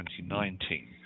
2019